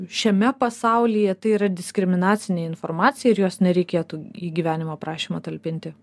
šiame pasaulyje tai yra diskriminacinė informacija ir jos nereikėtų į gyvenimo aprašymą talpinti